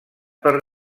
per